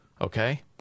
Okay